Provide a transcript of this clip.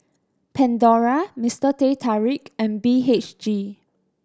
Pandora Mister Teh Tarik and B H G